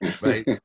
right